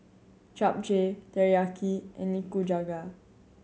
Japchae Teriyaki and Nikujaga